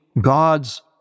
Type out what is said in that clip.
God's